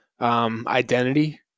identity